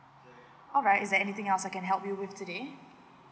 alright is there anything else I can help you with today